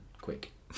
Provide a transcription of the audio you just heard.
quick